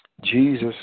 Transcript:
Jesus